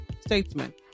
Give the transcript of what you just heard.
statesman